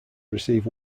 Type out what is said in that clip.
receive